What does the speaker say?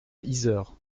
yzeure